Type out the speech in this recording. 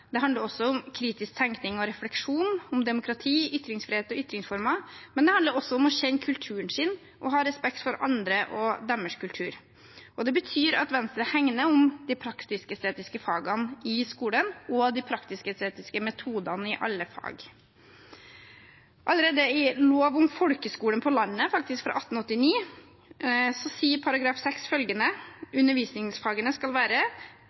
om kritisk tenkning og refleksjon, om demokrati, ytringsfrihet og ytringsformer, men det handler også om å kjenne kulturen sin og ha respekt for andre og deres kultur. Det betyr at Venstre hegner om de praktisk-estetiske fagene i skolen og de praktisk-estetiske metodene i alle fag. Allerede i lov om folkeskolen på landet fra 1889 står det, i § 6, at undervisningsfagene skal være